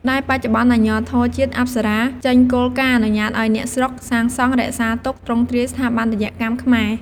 ដែលបច្ចុប្បន្នអាជ្ញាធរជាតិអប្សរាចេញគោលការណ៍អនុញ្ញាតឲ្យអ្នកស្រុកសាងសង់រក្សាទ្រង់ទ្រាយស្ថាបត្យកម្មដើម។